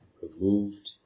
removed